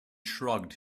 shrugged